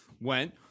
went